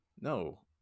No